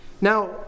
Now